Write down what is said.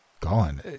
Gone